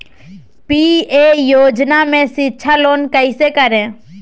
PM योजना में शिक्षा लोन कैसे करें?